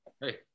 Hey